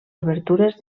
obertures